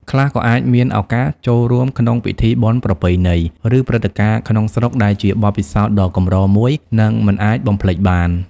ខ្លះក៏អាចមានឱកាសចូលរួមក្នុងពិធីបុណ្យប្រពៃណី ឬព្រឹត្តិការណ៍ក្នុងស្រុក ដែលជាបទពិសោធន៍ដ៏កម្រមួយ និងមិនអាចបំភ្លេចបាន។